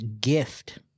gift